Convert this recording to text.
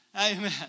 Amen